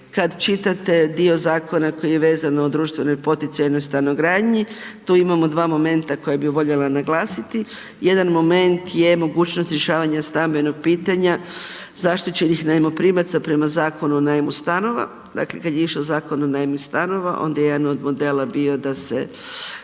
kad čitate dio zakona koji je vezan o društvenoj i poticajnoj stanogradnji, tu imamo dva momenta koja bi voljela naglasiti, jedan moment je mogućnost rješavanja stambenog pitanja zaštićenih najmoprimaca prema Zakonu o najmu stanova, dakle, kad je išao Zakon o najmu stanova, onda je jedan od modela bio da se